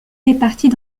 réparties